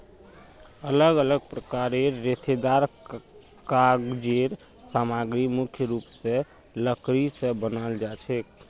अलग अलग प्रकारेर रेशेदार कागज़ेर सामग्री मुख्य रूप स लकड़ी स बनाल जाछेक